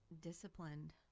disciplined